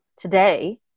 today